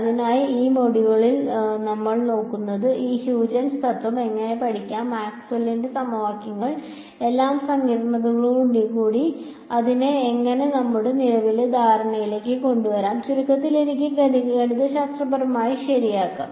അതിനാൽ ഈ മൊഡ്യൂളിൽ നമ്മൾ നോക്കുന്നത് ഈ ഹ്യൂജൻസ് തത്വം എങ്ങനെ പഠിക്കാം മാക്സ്വെല്ലിന്റെ സമവാക്യങ്ങളുടെ എല്ലാ സങ്കീർണ്ണതകളോടും കൂടി അതിനെ എങ്ങനെ നമ്മുടെ നിലവിലെ ധാരണയിലേക്ക് കൊണ്ടുവരാം ചുരുക്കത്തിൽ എനിക്ക് ഇത് ഗണിതശാസ്ത്രപരമായി ശരിയാക്കാം